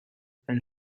then